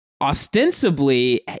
ostensibly